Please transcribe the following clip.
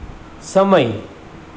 સમય